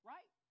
Right